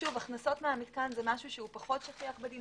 שוב הכנסות מהמתקן זה משהו שפחות שכיח בתים